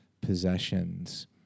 possessions